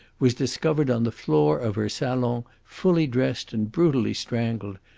was discovered on the floor of her salon, fully dressed and brutally strangled,